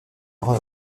leurs